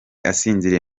asinziriye